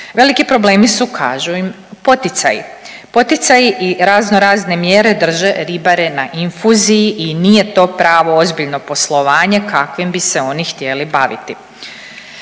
Veliki problemi su kažu im poticaji, poticaji i razno razne mjere drže ribare na infuziji i nije to pravo, ozbiljno poslovanje kakvim bi se oni htjeli baviti.